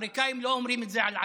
האמריקאים לא אומרים את זה על עצמם,